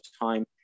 time